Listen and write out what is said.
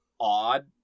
odd